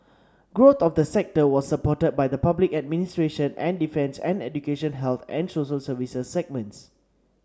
growth of the sector was supported by the public administration and defence and education health and social services segments